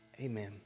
amen